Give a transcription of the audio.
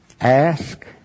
Ask